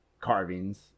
carvings